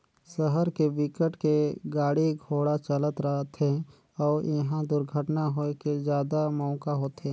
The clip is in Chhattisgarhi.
सहर के बिकट के गाड़ी घोड़ा चलत रथे अउ इहा दुरघटना होए के जादा मउका होथे